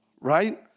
Right